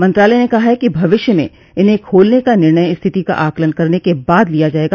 मंत्रालय ने कहा है कि भविष्य में इन्हें खोलने का निर्णय स्थिति का आकलन करने के बाद लिया जाएगा